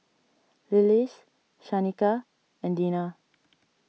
Lillis Shanika and Dina